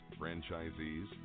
franchisees